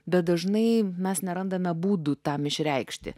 bet dažnai mes nerandame būdų tam išreikšti